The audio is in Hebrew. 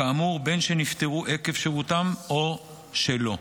כאמור, בין שנפטרו עקב שירותם ובין שלא.